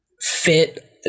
fit